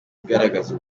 igaragaza